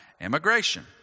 immigration